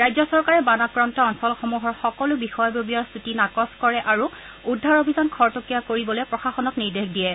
ৰাজ্য চৰকাৰে বান আক্ৰান্ত অঞ্চলসমূহৰ সকলো বিষয়ববীয়াৰ ছুটি নাকচ কৰে আৰু উদ্ধাৰ অভিযান খৰতকীয়া কৰিবলৈ প্ৰশাসনক নিৰ্দেশ দিয়ে